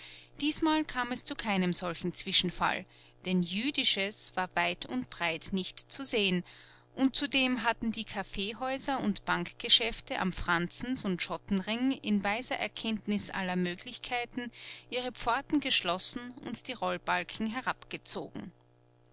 diesmal kam es zu keinem solchen zwischenfall denn jüdisches war weit und breit nicht zu sehen und zudem hatten die kaffeehäuser und bankgeschäfte am franzens und schottenring in weiser erkenntnis aller möglichkeiten ihre pforten geschlossen und die rollbalken herabgezogen